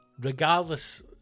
Regardless